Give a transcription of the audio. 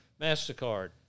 MasterCard